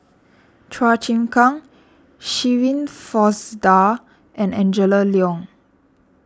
Chua Chim Kang Shirin Fozdar and Angela Liong